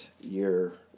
year